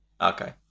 Okay